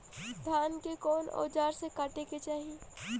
धान के कउन औजार से काटे के चाही?